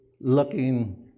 looking